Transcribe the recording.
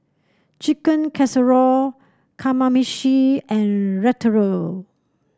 Chicken Casserole Kamameshi and Ratatouille